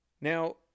Now